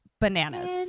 bananas